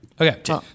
Okay